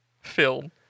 film